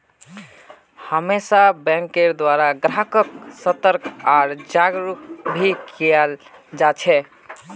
हमेशा बैंकेर द्वारा ग्राहक्क सतर्क आर जागरूक भी कियाल जा छे